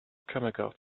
chemicals